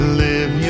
live